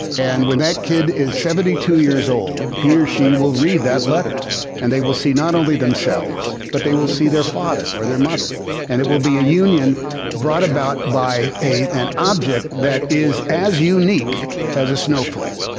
and when that kid is seventy two years old he or she will read that letter and they will see not only themselves but they will see their father or their mother and it will be a union brought about by a an object that is as unique as a snowflake.